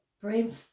brain